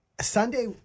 Sunday